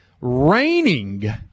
raining